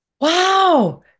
wow